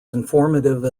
informative